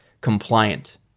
compliant